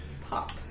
Pop